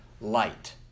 light